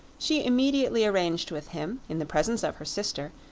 she immediately arranged with him, in the presence of her sister,